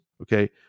Okay